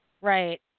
Right